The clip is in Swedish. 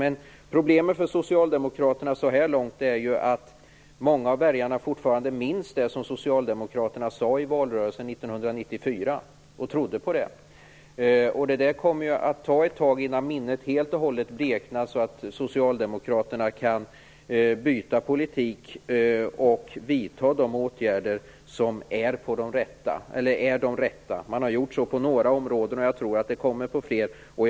Men problemet för Socialdemokraterna är ju att många av väljarna fortfarande minns vad Socialdemokraterna sade i valrörelsen 1994 och trodde på det. Det kommer ju att ta ett tag innan minnet helt och hållet bleknar, så att Socialdemokraterna kan byta politik och vidta de rätta åtgärderna. Man har gjort det på några områden, och jag tror att man kommer att göra det på fler.